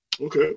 Okay